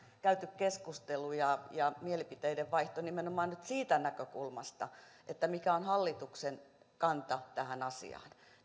käyty keskustelu ja ja mielipiteiden vaihto nimenomaan siitä näkökulmasta mikä on hallituksen kanta tähän asiaan